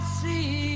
see